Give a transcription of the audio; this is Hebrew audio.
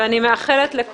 צוהריים טובים,